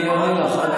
אני עונה לך,